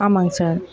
ஆமாங்க சார்